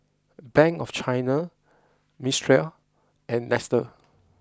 bank of China Mistral and Nestle